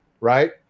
Right